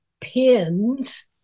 pins